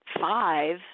five